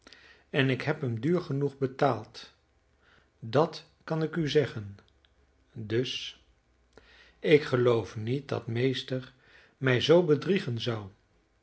en ik heb hem duur genoeg betaald dat kan ik u zeggen dus ik geloof niet dat meester mij zoo bedriegen zou